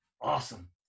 awesome